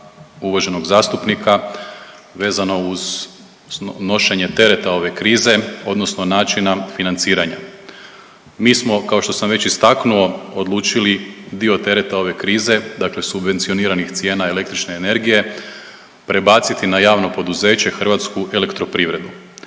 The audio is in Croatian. uvaženog zastupnika vezano uz nošenje tereta ove krize odnosno načina financiranja. Mi smo kao što sam već istaknuo odlučili dio tereta ove krize dakle subvencioniranih cijena električne energije prebaciti na javno poduzeće Hrvatsku elektroprivredu.